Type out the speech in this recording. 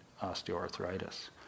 osteoarthritis